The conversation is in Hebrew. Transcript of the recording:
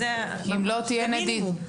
זה המינימום.